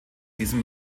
diesen